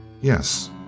Yes